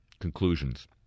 conclusions